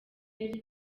yari